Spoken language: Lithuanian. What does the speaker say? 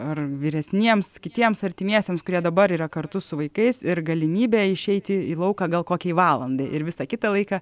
ar vyresniems kitiems artimiesiems kurie dabar yra kartu su vaikais ir galimybė išeiti į lauką gal kokiai valandai ir visą kitą laiką